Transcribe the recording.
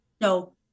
no